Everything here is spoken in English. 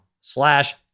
slash